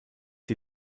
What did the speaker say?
die